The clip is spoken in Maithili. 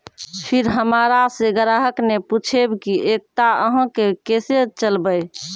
फिर हमारा से ग्राहक ने पुछेब की एकता अहाँ के केसे चलबै?